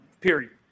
period